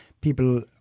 people